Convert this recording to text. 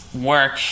work